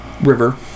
river